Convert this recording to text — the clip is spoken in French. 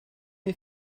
mes